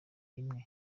imwe